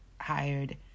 hired